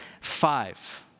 Five